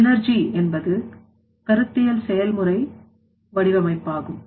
synergy என்பது கருத்தியல் செயல்முறை வடிவ அமைப்பாகும்